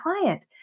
client